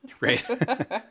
Right